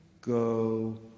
go